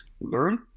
learn